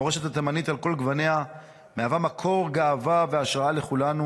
המורשת התימנית על כל גווניה מהווה מקור גאווה והשראה לכולנו,